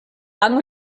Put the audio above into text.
rang